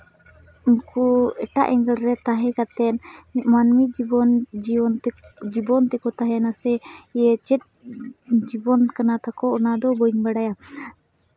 ᱩᱱᱠᱩ ᱮᱴᱟᱜ ᱮᱸᱜᱮᱞ ᱨᱮ ᱛᱟᱦᱮᱸ ᱠᱟᱛᱮᱫ ᱢᱟᱹᱱᱢᱤ ᱡᱤᱵᱚᱱ ᱡᱤᱭᱚᱱ ᱛᱮᱠᱚ ᱡᱤᱵᱚᱱ ᱛᱮᱠᱚ ᱛᱟᱦᱮᱱᱟᱥᱮ ᱪᱮᱫ ᱡᱤᱵᱚᱱ ᱠᱟᱱᱟ ᱛᱟᱠᱚ ᱚᱱᱟᱫᱚ ᱵᱟᱹᱧ ᱵᱟᱲᱟᱭᱟ